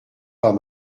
pas